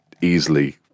easily